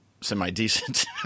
semi-decent